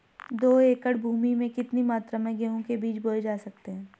दो एकड़ भूमि में कितनी मात्रा में गेहूँ के बीज बोये जा सकते हैं?